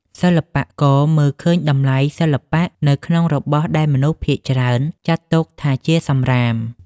សិល្បករមើលឃើញតម្លៃសិល្បៈនៅក្នុងរបស់ដែលមនុស្សភាគច្រើនចាត់ទុកថាជាសម្រាម។